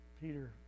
Peter